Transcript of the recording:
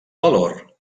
valor